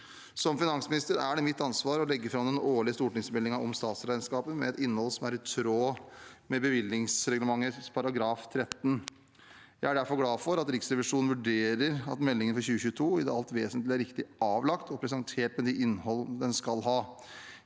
Som finansminister er det mitt ansvar å legge fram den årlige stortingsmeldingen om statsregnskapet med et innhold som er i tråd med bevilgningsreglementets § 13. Jeg er derfor glad for at Riksrevisjonen vurderer at meldingen for 2022 i det alt vesentlige er riktig avlagt og presentert, med det innhold den skal ha.